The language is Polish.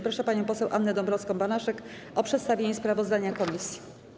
Proszę panią poseł Annę Dąbrowską-Banaszek o przedstawienie sprawozdania komisji.